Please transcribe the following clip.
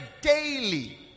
daily